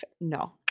no